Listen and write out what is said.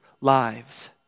lives